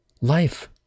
life